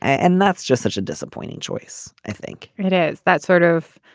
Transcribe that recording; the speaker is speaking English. and that's just such a disappointing choice i think it is that sort of